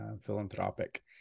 philanthropic